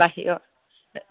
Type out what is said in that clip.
বাহিৰত